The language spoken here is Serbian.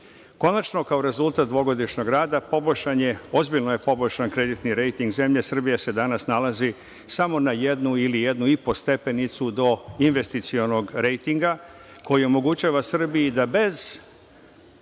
Srbije. Konačno kao rezultat dvogodišnjeg rada ozbiljno je poboljšan kreditni rejting. Srbija se danas nalazi samo na jednu ili jednu i po stepenicu do investicionog rejtinga, koji omogućava Srbiji da bez